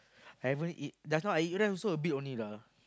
haven't eat just now I eat rice also a bit only lah